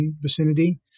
vicinity